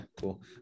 cool